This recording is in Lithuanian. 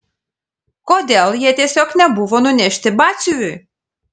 kodėl jie tiesiog nebuvo nunešti batsiuviui